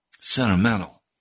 sentimental